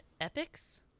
Epics